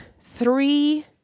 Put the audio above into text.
three